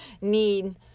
need